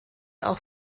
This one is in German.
auch